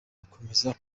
gukomeza